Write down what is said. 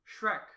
Shrek